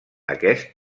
aquest